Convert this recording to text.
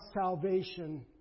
salvation